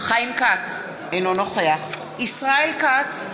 חיים כץ, אינו נוכח ישראל כץ,